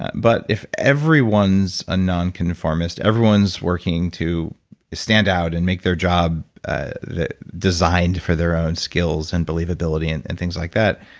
but, if everyone is a non-conformist, everyone is working to stand out and make their job designed for their own skills and believability and and things like that,